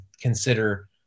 consider